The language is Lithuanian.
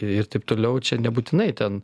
ir taip toliau čia nebūtinai ten